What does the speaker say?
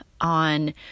on